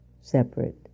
separate